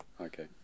Okay